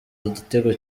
igitego